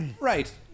right